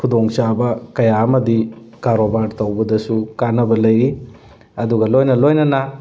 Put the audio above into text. ꯈꯨꯗꯣꯡ ꯆꯥꯕ ꯀꯌꯥ ꯑꯃꯗꯤ ꯀꯔꯣꯕꯥꯔ ꯇꯧꯕꯗꯁꯨ ꯀꯥꯟꯅꯕ ꯂꯩꯔꯤ ꯑꯗꯨꯒ ꯂꯣꯏꯅ ꯂꯣꯏꯅꯅ